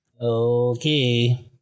Okay